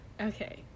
Okay